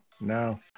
No